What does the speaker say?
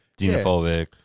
xenophobic